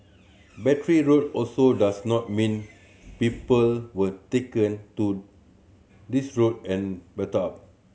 Battery Road also does not mean people were taken to this road and battered up